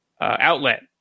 outlet